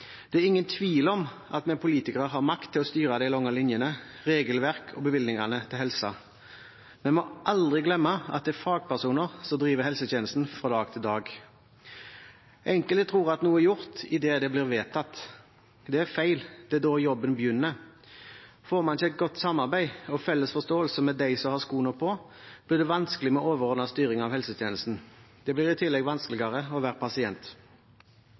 Det er ingen tvil om at vi politikere har makt til å styre de lange linjene, regelverk og bevilgningene til helse. Vi må aldri glemme at det er fagpersoner som driver helsetjenesten fra dag til dag. Enkelte tror at noe er gjort idet det blir vedtatt. Det er feil, det er da jobben begynner. Får man ikke et godt samarbeid og felles forståelse med dem som har skoene på, blir det vanskelig med overordnet styring av helsetjenesten. Det blir i tillegg vanskeligere å være pasient.